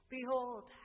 Behold